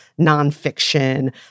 nonfiction